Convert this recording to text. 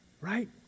Right